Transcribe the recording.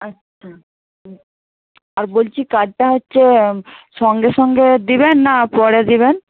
আচ্ছা হুম আর বলছি কার্ডটা হচ্ছে সঙ্গে সঙ্গে দেবেন না পরে দেবেন